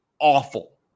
awful